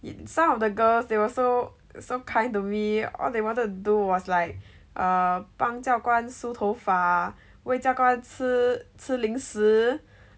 and some of the girls they also so kind to me all they wanted to do was like err 帮教官梳头发喂教官吃吃零食